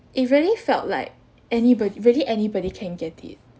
it really felt like anybody really anybody can get it